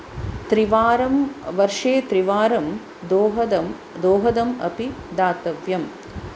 त्रिवारं वर्षे त्रिवारं दोहदं दोहदम् अपि दातव्यम्